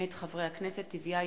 מאת חברי הכנסת רוברט טיבייב,